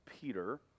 Peter